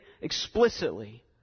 explicitly